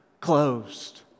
closed